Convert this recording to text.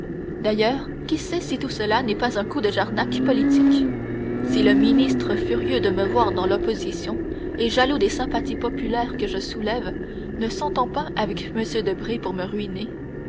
d'ailleurs qui sait si tout cela n'est pas un coup de jarnac politique si le ministre furieux de me voir dans l'opposition et jaloux des sympathies populaires que je soulève ne s'entend pas avec m debray pour me ruiner